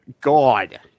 god